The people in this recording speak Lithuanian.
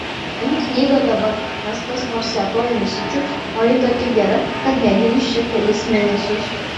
imk knygą dabar nes kas nors ją tuoj nusičiups o ji tokia gera kad negrįš čia kelis mėnesius